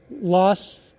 lost